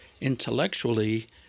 intellectually